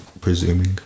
presuming